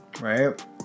Right